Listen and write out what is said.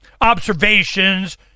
observations